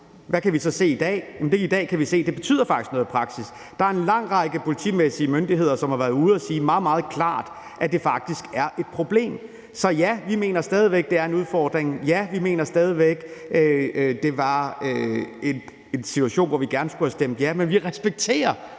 dag kan vi se, at det faktisk betyder noget i praksis. Der er en lang række politimæssige myndigheder, der har været ude at sige meget, meget klart, at det faktisk er et problem. Så ja, vi mener stadig væk, at det er en udfordring. Ja, vi mener stadig væk, at det var en situation, hvor vi gerne skulle have stemt ja. Men vi respekterer